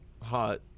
hot